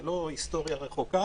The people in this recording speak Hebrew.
זה לא היסטוריה רחוקה